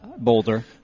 Boulder